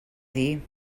dir